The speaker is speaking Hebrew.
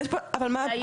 אבל מה?